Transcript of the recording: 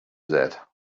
said